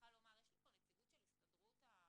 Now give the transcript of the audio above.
יש פה נציגות של הסתדרות המורים?